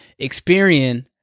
Experian